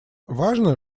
важно